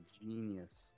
genius